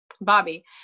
Bobby